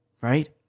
right